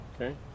Okay